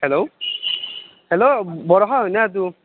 hello বৰষা হৈনা এইটো